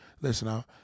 listen